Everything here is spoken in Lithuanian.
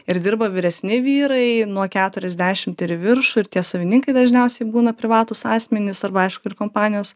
ir dirba vyresni vyrai nuo keturiasdešimt ir į viršų ir tie savininkai dažniausiai būna privatūs asmenys arba aišku ir kompanijos